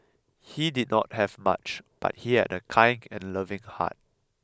he did not have much but he had a kind and loving heart